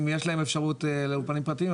אם יש להם אפשרות לאולפנים פרטיים,